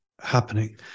happening